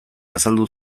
azaldu